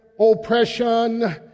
oppression